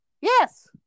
Yes